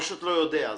הוא פשוט לא יודע.